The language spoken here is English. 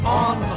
on